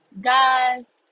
Guys